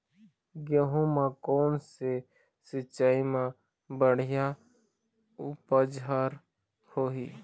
गेहूं म कोन से सिचाई म बड़िया उपज हर होही?